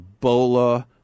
Ebola